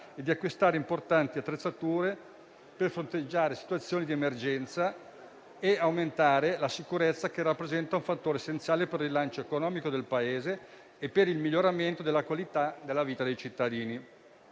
e di acquistare importanti attrezzature per fronteggiare situazioni di emergenza e aumentare la sicurezza, che rappresenta un fattore essenziale per il rilancio economico del Paese e per il miglioramento della qualità della vita dei cittadini.